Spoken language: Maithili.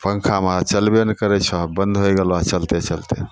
पन्खामे आओर चलबे नहि करै छऽ आब बन्द होइ गेलऽ चलिते चलिते